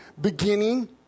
beginning